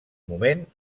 moment